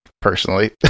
Personally